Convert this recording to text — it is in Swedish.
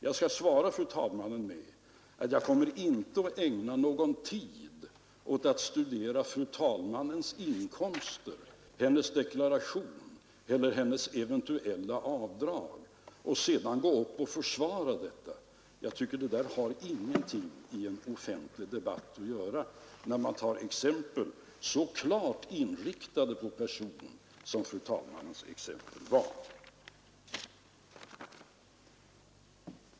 Jag skall svara fru talmannen att jag inte kommer att ägna någon tid åt att studera fru talmannens inkomster, hennes deklaration eller hennes eventuella avdrag och sedan gå upp och försvara dem; jag tycker inte att sådana saker har någonting i en offentlig debatt att göra, när man tar exempel så klart inriktade på person som fru talmannens exempel var.